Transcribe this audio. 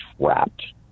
trapped